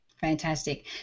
Fantastic